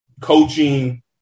coaching